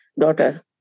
daughter